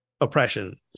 oppression